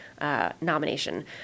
Nomination